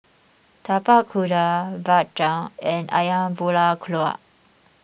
Tapak Kuda Bak Chang and Ayam Buah Keluak